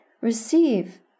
receive